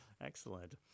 Excellent